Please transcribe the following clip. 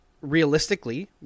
realistically